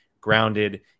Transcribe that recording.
grounded